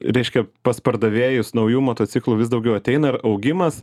reiškia pas pardavėjus naujų motociklų vis daugiau ateina ir augimas